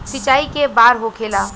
सिंचाई के बार होखेला?